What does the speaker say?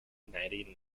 canadian